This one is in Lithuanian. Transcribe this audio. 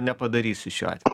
nepadarysi šiuo atveju